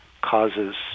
causes